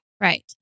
Right